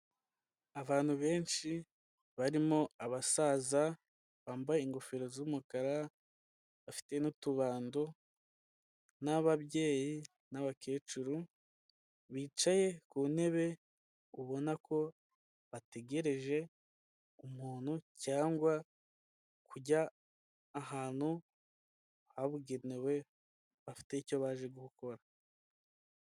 Abantu benshi barimo abasaza bambaye ingofero z'umukara, bafite n'utubando, ni ababyeyi n'abakecuru bicaye ku ntebe, ubona ko bategereje umuntu cyangwa kujya ahantu habugenewe bafite icyo baje gukora.